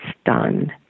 stunned